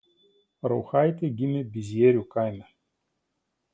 rauchaitė gimė bizierių kaime